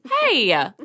Hey